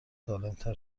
سالمتر